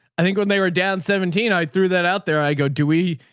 i think when they were down seventeen, i threw that out. there i go. do we,